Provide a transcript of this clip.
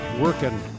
working